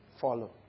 Follow